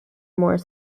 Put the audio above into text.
more